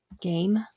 Game